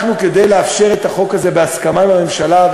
כדי לאפשר את החוק הזה בהסכמה עם הממשלה,